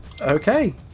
Okay